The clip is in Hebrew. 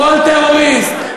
כל טרוריסט,